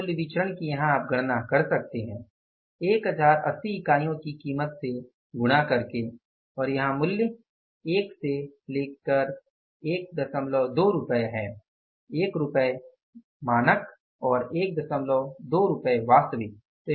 सामग्री मूल्य विचरण की यहाँ आप गणना कर सकते हैं 1080 इकाइयों को कीमत से गुणा करके और यहाँ मूल्य रुपये 1 12 रुपये है